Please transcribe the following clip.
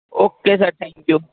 okay sir thank you